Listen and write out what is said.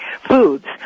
foods